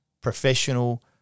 professional